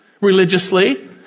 religiously